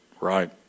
right